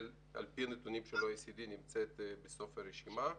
על פי הנתונים של ה-OECD ישראל נמצאת בסוף הרשימה.